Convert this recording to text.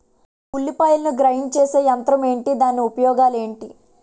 ఉల్లిపాయలను గ్రేడ్ చేసే యంత్రం ఏంటి? దాని ఉపయోగాలు ఏంటి?